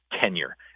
tenure